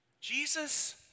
Jesus